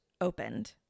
opened